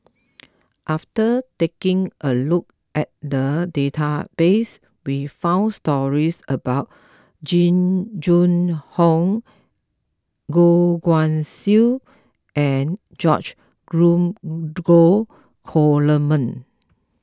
after taking a look at the database we found stories about Jing Jun Hong Goh Guan Siew and George Dromgold Coleman